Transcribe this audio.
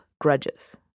grudges